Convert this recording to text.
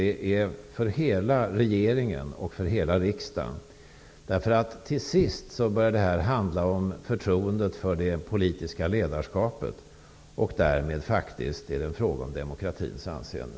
Det är en fråga för hela regeringen och för hela riksdagen. Till sist börjar det nämligen handla om förtroendet för det politiska ledarskapet, och därmed är det faktiskt en fråga om demokratins anseende.